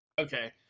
Okay